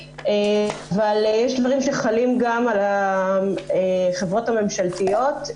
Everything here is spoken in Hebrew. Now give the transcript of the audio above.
אבל יש דברים שחלים גם על החברות הממשלתיות.